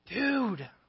Dude